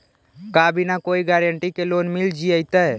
का बिना कोई गारंटी के लोन मिल जीईतै?